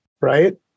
right